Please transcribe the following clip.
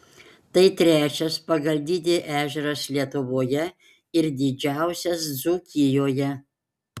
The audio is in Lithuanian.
tai trečias pagal dydį ežeras lietuvoje ir didžiausias dzūkijoje